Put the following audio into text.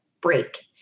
break